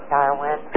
Darwin